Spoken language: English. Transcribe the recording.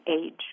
age